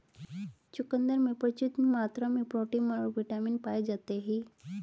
चुकंदर में प्रचूर मात्रा में प्रोटीन और बिटामिन पाया जाता ही